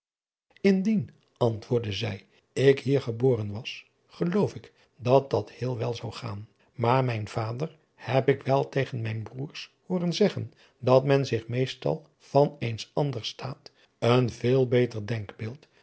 indien antwoordde zij ik hier geboren was geloof ik dat dat heel wel zou gaan maar mijn vader heb ik wel tegen mijn broêrs hooren zeggen dat men zich meestal van eens anders staat een veel beter